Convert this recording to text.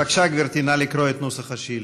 בבקשה, גברתי, נא לקרוא את נוסח השאילתה.